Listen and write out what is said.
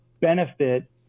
benefit